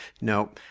No